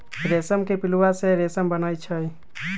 रेशम के पिलुआ से रेशम बनै छै